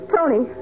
Tony